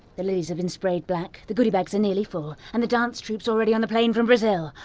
the lilies have been sprayed black, the goody bags are nearly full, and the dance troupe's already on the plane from brazil.